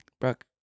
Brooke